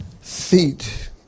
feet